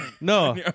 No